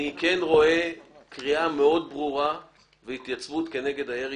כן רואה קריאה מאוד ברורה והתייצבות כנגד הירי